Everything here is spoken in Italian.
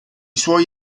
suoi